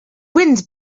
wind